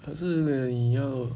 可是你要